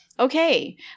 okay